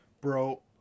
Bro